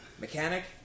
mechanic